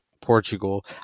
Portugal